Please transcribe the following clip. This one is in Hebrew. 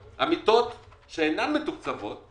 המדינה מתעלמת מהעובדה שבתי האבות